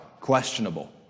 Questionable